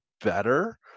better